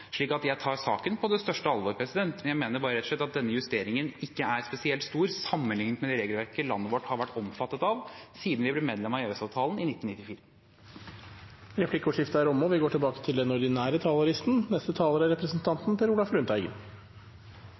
Jeg tar saken på det største alvor. Jeg mener bare rett og slett at denne justeringen ikke er spesielt stor sammenlignet med det regelverket landet vårt har vært omfattet av siden vi ble medlem av EØS-avtalen i 1994. Replikkordskiftet er omme. De talere som heretter får ordet, har en taletid på inntil 3 minutter. Dette er